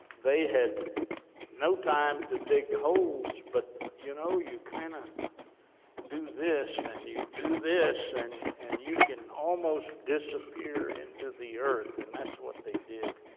they had no time to dig holes, but you know, you kind of do this, and you do this, and and you can almost disappear into the earth, and that's what they did.